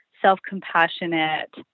self-compassionate